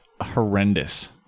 horrendous